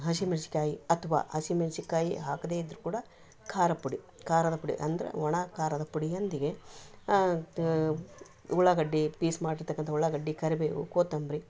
ಹಸಿಮೆಣ್ಸಿನಕಾಯಿ ಅಥವಾ ಹಸಿಮೆಣ್ಸಿನಕಾಯಿ ಹಾಕದೆ ಇದ್ದರೂ ಕೂಡ ಖಾರದ ಪುಡಿ ಖಾರದ ಪುಡಿ ಅಂದರೆ ಒಣ ಖಾರದ ಪುಡಿಯೊಂದಿಗೆ ತ ಉಳ್ಳಾಗಡ್ಡಿ ಪೀಸ್ ಮಾಡಿರ್ತಕ್ಕಂಥ ಉಳ್ಳಾಗಡ್ಡಿ ಕರಿಬೇವು ಕೋತಂಬರಿ